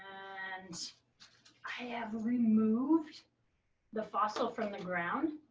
and i have removed the fossil from the ground.